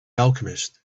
alchemist